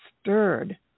stirred